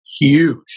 huge